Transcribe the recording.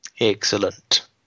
excellent